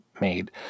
made